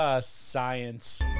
Science